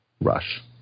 Rush